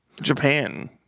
Japan